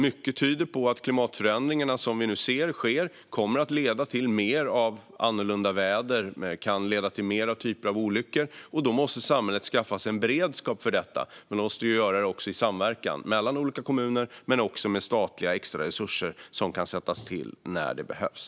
Mycket tyder på att de klimatförändringar som vi nu ser ske kommer att leda till mer av annorlunda väder. Det kan också leda till fler typer av olyckor. Då måste samhället skaffa sig en beredskap för detta, och det måste göras i samverkan mellan olika kommuner och med statliga extra resurser som kan sättas in när det behövs.